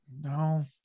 No